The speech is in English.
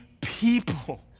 people